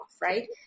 right